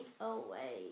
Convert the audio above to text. away